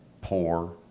poor